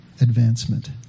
advancement